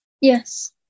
Yes